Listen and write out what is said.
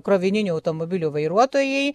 krovininių automobilių vairuotojai